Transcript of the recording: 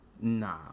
Nah